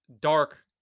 dark